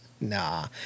Nah